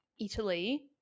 Italy